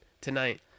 tonight